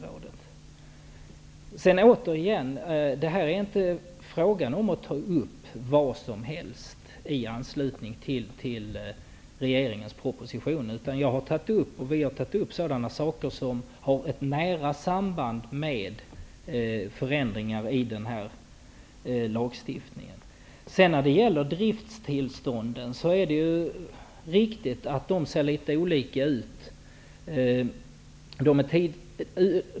Återigen: Det är inte fråga om att ta upp vad som helst i anslutning till regeringens proposition, utan vi har tagit upp sådant som har ett nära samband med förändringar i lagstiftningen. Det är riktigt att driftstillstånden ser litet olika ut.